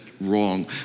wrong